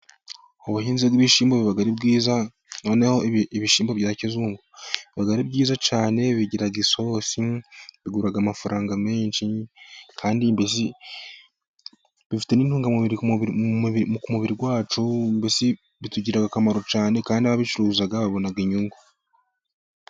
Ubuhinzi n'ibishyimbo buba ari bwiza, noneho ibishyimbo bya kizungu biba ari byiza cyane, bigira isosi bigura amafaranga menshi, kandi mbesi bifite n'intungamubiri ku mubiri wacu, mbese bitugirira akamaro cyane kandi n'ababicuruza babona inyungu.